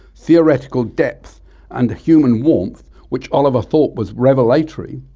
theoretical depth and human warmth which oliver thought was revelatory,